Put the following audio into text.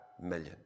million